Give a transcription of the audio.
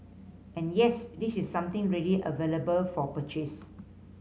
and yes this is something really available for purchase